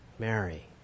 Mary